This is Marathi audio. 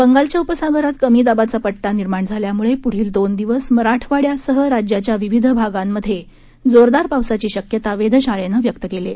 बंगालच्या उपसागरात कमी दाबाचा पट्टा निर्माण झाल्यामुळं पुढील दोन दिवस मराठवाड्यासह राज्याच्या विविध भागांमधे जोरदार पावसाची शक्यता वेधशाळेनं व्यक्त केली आहे